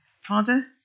Father